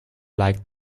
like